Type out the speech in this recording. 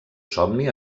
somni